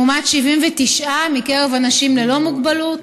לעומת 79% מקרב האנשים ללא מוגבלות.